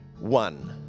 one